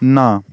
না